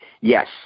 yes